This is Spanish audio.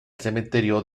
cementerio